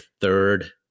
third